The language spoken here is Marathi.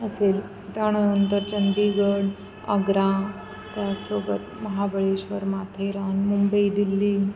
असेल त्यानंतर चंडीगढ आग्रा त्यासोबत महाबळेश्वर माथेरान मुंबई दिल्ली